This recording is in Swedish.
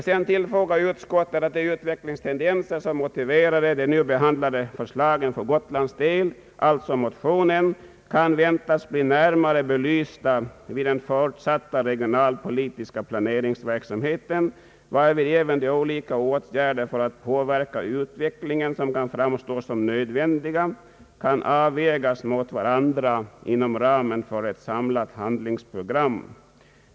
Sedan tillfogar utskottet, »att de utvecklingstendenser, som motiverade de nu behandlade förslagen för Gotlands del,» — alltså motionen — »kan väntas bli närmare belysta vid den fortsatta regionalpolitiska planeringsverksamheten, varvid även de olika åtgärder för att påverka utvecklingen som kan framstå som nödvändiga kan avvägas mot varandra inom ramen för ett samlat handlingsprogram».